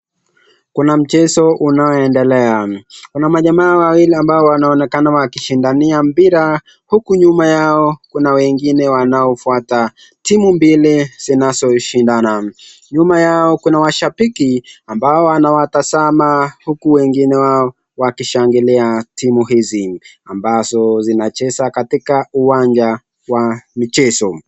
Kuna mchezo unaoendelea. Kuna majamaa wawili ambao wanaonekana wakishindania mpira, huku nyuma yao, kuna wengine wanaofuata, timu mbili zinazoshindana. Nyuma yao kuna mashabiki ambao wanawatazama, huku wengine wao wakishangilia timu hizi ambazo zinacheza katika uwanja wa michezo.